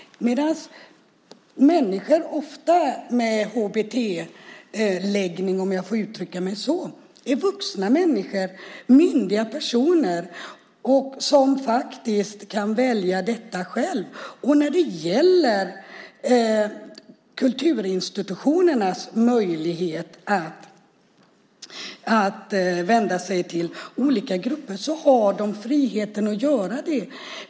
Människor med HBT-läggning - om jag får uttrycka mig så - är ofta vuxna människor, myndiga personer, som själva kan välja. När det gäller kulturinstitutionernas möjligheter att vända sig till olika grupper har de friheten att göra det.